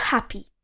Happy